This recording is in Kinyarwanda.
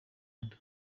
uganda